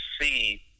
see